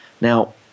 Now